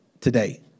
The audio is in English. today